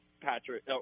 Patrick